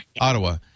Ottawa